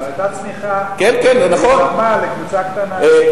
היתה צמיחה, והיא זרמה לקבוצה קטנה.